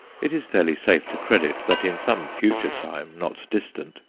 it is fairly safe to credit that in some future time, not distant,